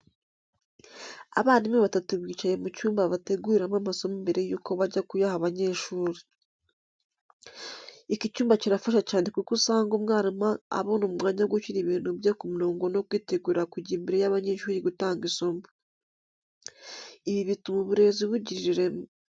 Abarimu batatu bicaye mu cyumba bateguriramo amasomo mbere y'uko bajya kuyaha abanyeshuri. Iki cyumba kirafasha cyane kuko usanga umwarimu abona umwanya wo gushyira ibintu bye ku murongo no kwitegura kujya imbere y'abanyeshuri gutanga isomo. Ibi bituma uburezi bugira ireme.